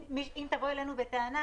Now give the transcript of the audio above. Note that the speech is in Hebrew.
אם תבוא אלינו בטענה,